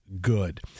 good